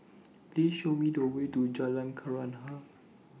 Please Show Me The Way to Jalan Kenarah